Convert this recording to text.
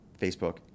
Facebook